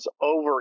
over